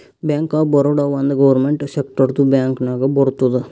bank of Baroda ಒಂದ್ government ಸೆಕ್ಟರ್ದು bank ನಾಗ್ ಬರ್ತುದ್